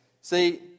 See